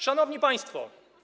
Szanowni Państwo!